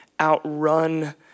outrun